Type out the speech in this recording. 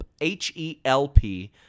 H-E-L-P